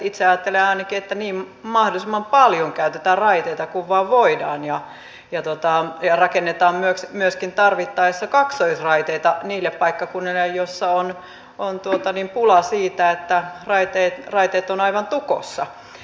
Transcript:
itse ajattelen ainakin että mahdollisimman paljon käytetään raiteita kun vain voidaan ja rakennetaan myöskin tarvittaessa kaksoisraiteita niille paikkakunnille jossa on oltu läänin pulaa siitä joilla raiteet ovat aivan tukossa